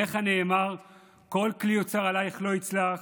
עליך נאמר "כל כלי יוצר עלייך לא יצלח".